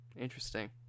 interesting